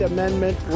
Amendment